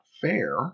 fair